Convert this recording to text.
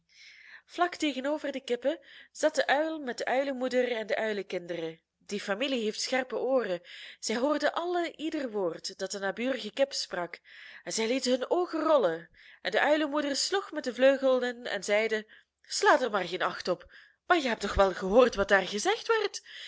vlak tegenover de kippen zat de uil met de uilenmoeder en de uilenkinderen die familie heeft scherpe ooren zij hoorden allen ieder woord dat de naburige kip sprak en zij lieten hun oogen rollen en de uilenmoeder sloeg met de vleugelen en zeide slaat er maar geen acht op maar je hebt toch wel gehoord wat daar gezegd werd